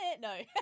no